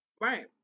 Right